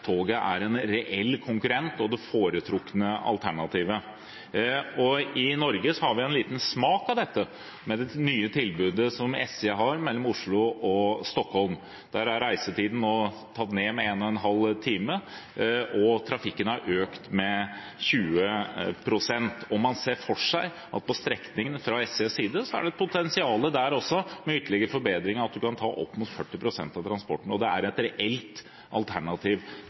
toget er en reell konkurrent og det foretrukne alternativet. I Norge har vi fått en liten smak av dette med det nye tilbudet som SJ har mellom Oslo og Stockholm. Der er reisetiden nå gått ned med en og en halv time, og trafikken har økt med 20 pst. Man ser for seg at på strekningen fra SJs side er det også et potensial, med ytterligere forbedringer ved at man kan ta opp mot 40 pst. av transporten, og det er et reelt alternativ